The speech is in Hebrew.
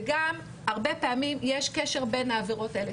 וגם הרבה פעמים יש קשר בין העבירות האלה.